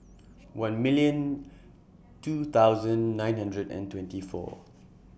one million two thousand nine hundred and twenty four